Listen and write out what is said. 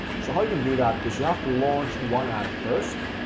so how you can do that is you have to launch one ad first,